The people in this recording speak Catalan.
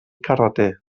carreter